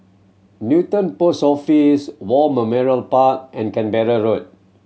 Newton Post Office War Park and Canberra Road